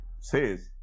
says